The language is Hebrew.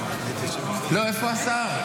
איפה השר?